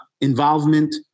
involvement